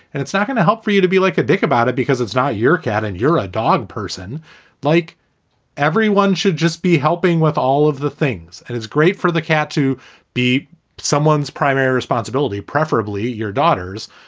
and it's not going to help for you to be like a dick about it because it's not your cat and you're a dog person like everyone should just be helping with all of the things. and it's great for the cat to be someone's primary responsibility, preferably your daughters.